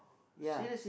ya